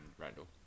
Randall